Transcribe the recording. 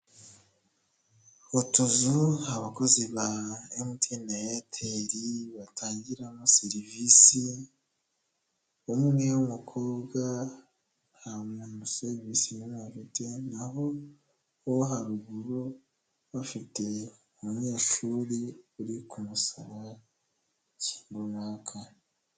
Utuzu abakozi ba mtn na airtel batangiramo serivisi umwe w'umukobwa nta muntu uzaba serivisi afite naho uwo haruguru we afite umunyeshuri uri kumusaba ikintu runaka.